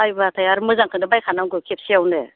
बायबाथाय आरो मोजांखौनो बायखानांगौ खेबसेयावनो